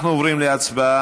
אנחנו עוברים להצבעה.